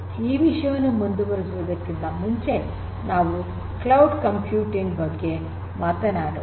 ಈ ವಿಷಯವನ್ನು ಮುಂದುವರಿಸುವುದಕ್ಕಿಂತ ಮುಂಚೆ ನಾವು ಕ್ಲೌಡ್ ಕಂಪ್ಯೂಟಿಂಗ್ ಬಗ್ಗೆ ಮಾತನಾಡೋಣ